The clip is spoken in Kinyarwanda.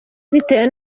bitewe